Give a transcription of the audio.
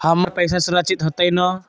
हमर पईसा सुरक्षित होतई न?